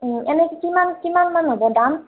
এনে কিমান কিমানমান হ'ব দাম